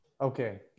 Okay